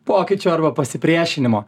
pokyčių arba pasipriešinimo